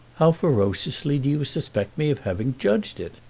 how ferociously do you suspect me of having judged it?